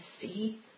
see